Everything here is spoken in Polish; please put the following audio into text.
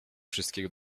wszystkiego